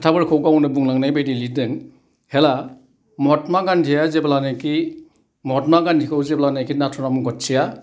खोथाफोरखौ गावनो बुंलांनाय बायदि लिरदों हेला महात्मा गान्धीया जेब्लानोखि महात्मा गान्धीखौ जेब्लानोखि नाथुराम गतसेआ